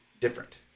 different